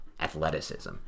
athleticism